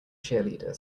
cheerleader